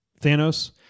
Thanos